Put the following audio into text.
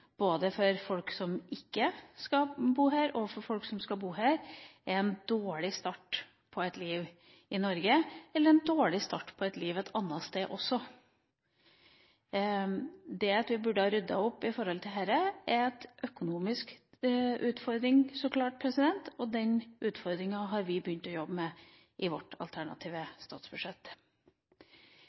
både for folk som ikke skal bo her og for folk som skal bo her, er en dårlig start på et liv i Norge – eller en dårlig start på et liv et annet sted. Vi burde ha ryddet opp i dette – det er en økonomisk utfordring, så klart, og den utfordringa har vi begynt å jobbe med i vårt alternative statsbudsjett.